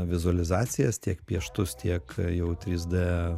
vizualizacijas tiek pieštus tiek jau trys d